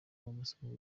amasomo